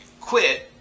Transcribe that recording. quit